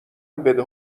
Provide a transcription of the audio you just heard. بده